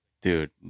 dude